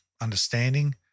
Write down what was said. understanding